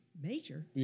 major